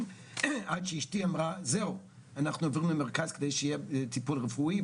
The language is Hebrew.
עד שאשתי אמרה שנעבור למרכז כדי שיהיה טיפול רפואי,